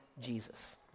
Jesus